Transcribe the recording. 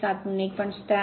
7 म्हणून 1